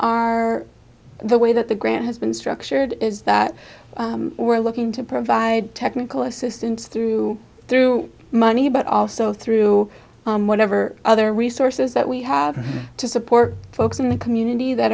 our the way that the grant has been structured is that we're looking to provide technical assistance through through money but also through whatever other resources that we have to support folks in the community that